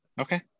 Okay